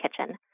kitchen